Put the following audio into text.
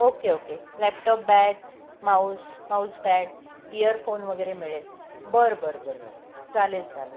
okay okay laptop bag mouse mouse pad earphone वगैरे मिळेल बरं बरं बरं चालेल चालेल